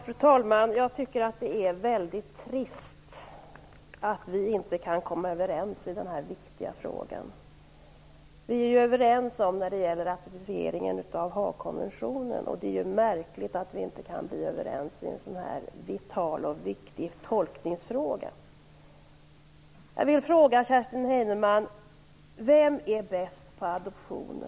Fru talman! Jag tycker att det är väldigt trist att vi inte kan komma överens i den här viktiga frågan. Vi är ju överens när det gäller att ratificera Haagkonventionen, och det är märkligt att vi inte kan bli överens i en så här vital och viktig tolkningsfråga. Jag vill fråga Kerstin Heinemann: Vem är bäst på adoptioner?